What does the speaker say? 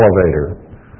elevator